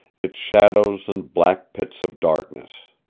its shadows and black pits of darkness.